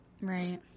Right